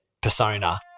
persona